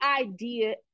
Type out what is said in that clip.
idea